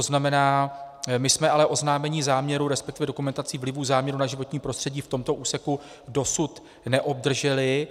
To znamená, my jsme ale oznámení záměru, resp. dokumentaci vlivů záměrů na životní prostředí v tomto úseku dosud neobdrželi.